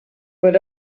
but